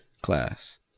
class